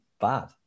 bad